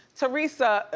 theresa,